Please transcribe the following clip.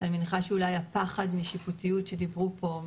אני מניחה שאולי הפחד משיפוטיות שדיברו פה,